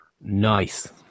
Nice